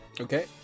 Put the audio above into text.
Okay